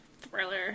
thriller